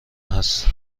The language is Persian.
هست